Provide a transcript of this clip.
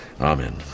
Amen